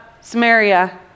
Samaria